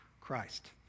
christ